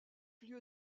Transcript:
lieu